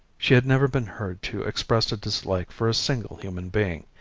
she had never been heard to express a dislike for a single human being,